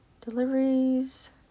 Deliveries